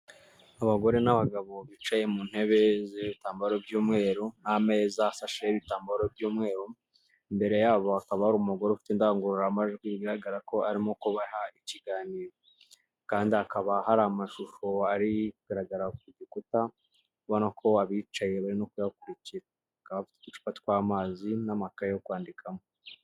Abagore n'abagabo bicaye mu ntebe z'ibitambaro by'umweru, n'ameza asasheho ibitambaro by'umweru, imbere yabo akaba ari umugore ufite indangururamajwi, bigaragara ko arimo kubaha ikiganiro, kandi hakaba hari amashusho ari kugaragara ku gikuta ubona ko abicaye bari no kuyakurikira, bakaba bafite uducupa tw'amazi n'amakaye yo kwandikamo.